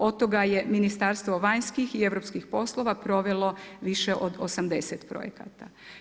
Od toga je Ministarstvo vanjskih i europskih poslova provelo više od 80 projekata.